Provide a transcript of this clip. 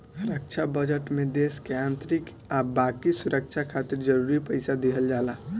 रक्षा budget में देश के आंतरिक आ बाकी सुरक्षा खातिर जरूरी पइसा दिहल जाला